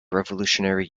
revolutionary